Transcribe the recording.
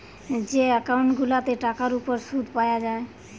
যে একউন্ট গুলাতে টাকার উপর শুদ পায়া যায়